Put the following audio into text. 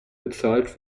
bezahlt